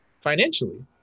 financially